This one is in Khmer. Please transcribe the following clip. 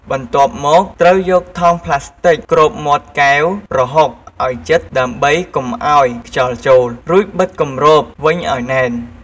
បន្ទាប់មក ត្រូវយកថង់ប្លាស្ទិកគ្របមាត់កែវប្រហុកឱ្យជិតដើម្បីកុំឱ្យខ្យល់ចូល រួចបិទគម្របវិញឱ្យណែន។